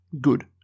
good